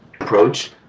approach